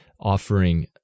offering